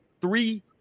three